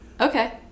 okay